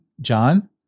John